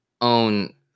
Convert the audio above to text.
own